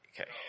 Okay